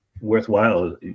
worthwhile